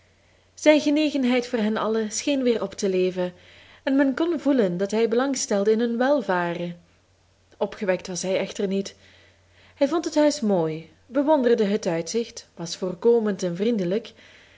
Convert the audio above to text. zijn genegenheid voor hen allen scheen weer op te leven en men kon voelen dat hij belangstelde in hun welvaren opgewekt was hij echter niet hij vond het huis mooi bewonderde het uitzicht was voorkomend en vriendelijk